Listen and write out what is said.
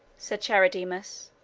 said charidemus,